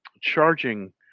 charging